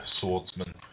swordsman